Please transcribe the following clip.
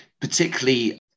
particularly